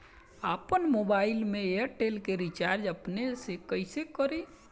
आपन मोबाइल में एयरटेल के रिचार्ज अपने से कइसे करि?